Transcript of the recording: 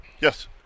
Yes